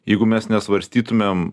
jeigu mes nesvarstytumėm